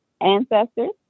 ancestors